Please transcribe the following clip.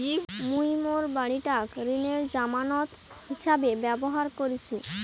মুই মোর বাড়িটাক ঋণের জামানত হিছাবে ব্যবহার করিসু